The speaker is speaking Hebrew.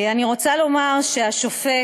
אני רוצה לומר שהשופט